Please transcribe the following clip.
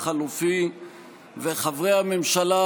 ראש הממשלה החלופי וחברי הממשלה.